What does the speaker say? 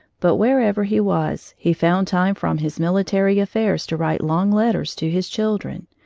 but wherever he was, he found time from his military affairs to write long letters to his children,